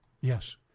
Yes